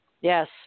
Yes